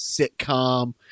sitcom